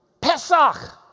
Pesach